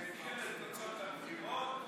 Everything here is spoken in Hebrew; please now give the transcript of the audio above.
נחכה לתוצאות הבחירות.